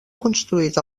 construït